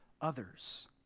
others